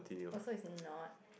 oh so it's not